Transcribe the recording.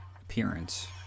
appearance